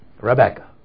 Rebecca